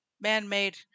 man-made